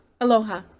Aloha